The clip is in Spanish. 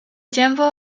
tiempo